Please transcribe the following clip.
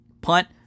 punt